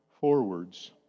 forwards